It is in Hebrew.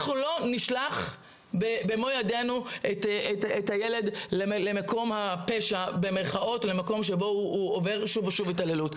אנחנו לא נשלח את הילד למקום הפשע בו הוא עובר התעללות.